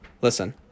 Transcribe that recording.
listen